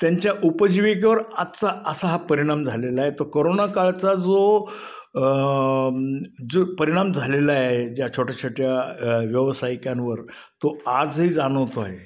त्यांच्या उपजीविकेवर आजचा असा हा परिणाम झालेलाय तो कोरोना काळचा जो जो परिणाम झालेला आहे ज्या छोट्या छोट्या व्यावसायिकांवर तो आजही जाणवतो आहे